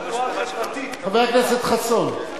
חבר הכנסת חסון.